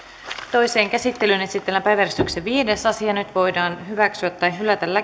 toiseen käsittelyyn esitellään päiväjärjestyksen viides asia nyt voidaan hyväksyä tai hylätä